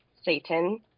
Satan